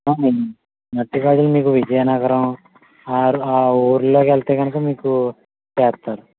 అవును మట్టి గాజులు మీకు విజయనగరం ఆరు ఆ ఊరికి వెళితే కనుక మీకు చేస్తారు